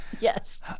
Yes